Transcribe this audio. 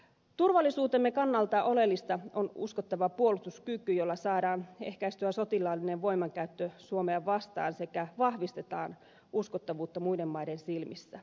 turvallisuutemme kannalta oleellista on uskottava puolustuskyky jolla saadaan ehkäistyä sotilaallinen voimankäyttö suomea vastaan sekä vahvistetaan uskottavuutta muiden maiden silmissä